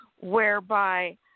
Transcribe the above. whereby